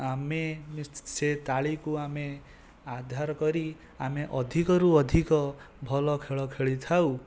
ଆମେ ସେ ତାଳିକୁ ଆମେ ଆଧାର କରି ଆମେ ଅଧିକରୁ ଅଧିକ ଭଲ ଖେଳ ଖେଳି ଥାଉ